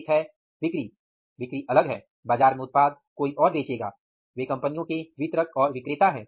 एक है बिक्री अलग है बाजार में उत्पाद कोई और बेचेगा वे कंपनियों के वितरक और विक्रेता हैं